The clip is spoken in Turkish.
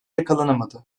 yakalanamadı